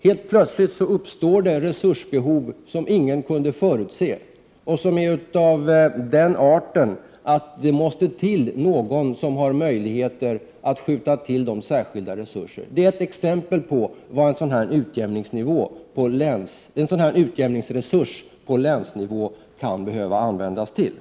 Helt plötsligt uppstår resursbehov, som ingen kunde förutse och som är av den arten att någon måste skjuta till särskilda resurser. Det är ett exempel på vad en sådan utjämningsresurs på länsnivå kan behöva användas till.